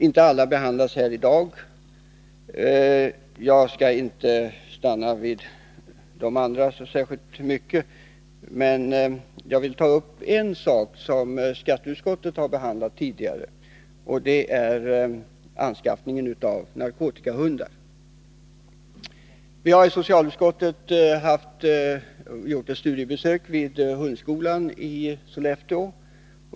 Inte alla behandlas här i dag. Jag skall inte uppehålla mig vid de andra särskilt mycket, men jag vill ta uppen sak, som skatteutskottet har behandlat tidigare. Det är anskaffningen av narkotikahundar. Socialutskottet har gjort ett studiebesök vid hundskolan i Sollefteå.